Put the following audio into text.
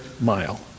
mile